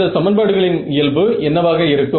இந்த சமன்பாடுகளின் இயல்பு என்னவாக இருக்கும்